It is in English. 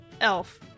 Elf